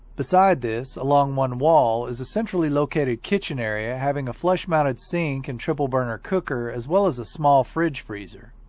beside this, along one wall, is a centrally located kitchen area having a flush-mounted sink and triple burner cooker as well as a small fridge freezer.